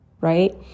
right